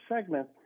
segment